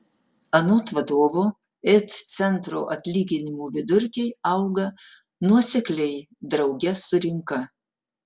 anot vadovo it centro atlyginimų vidurkiai auga nuosekliai drauge su rinka